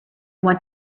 want